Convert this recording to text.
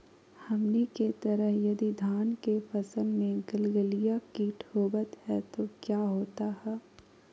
हमनी के तरह यदि धान के फसल में गलगलिया किट होबत है तो क्या होता ह?